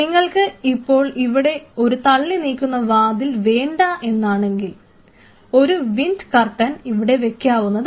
നിങ്ങൾക്ക് ഇപ്പോൾ ഇവിടെ ഒരു തള്ളിനീക്കുന്ന വാതിൽ വേണ്ട എന്നാണെങ്കിൽ ഒരു വിൻഡ് കർട്ടൻ ഇവിടെ വയ്ക്കാവുന്നതാണ്